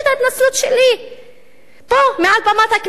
פה מעל במת הכנסת,